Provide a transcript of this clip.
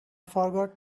forgot